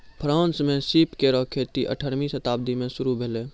France म सीप केरो खेती अठारहवीं शताब्दी में शुरू भेलै